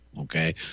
okay